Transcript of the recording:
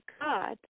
God